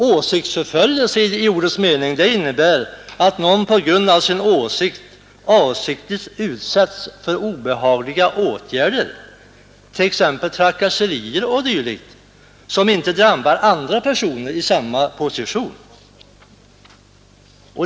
Åsiktsförföljelse i ordets rätta mening innebär att någon på grund av sin åsikt avsiktligt utsätts för obehagliga åtgärder, trakasserier o. d., som inte drabbar andra personer i samma position.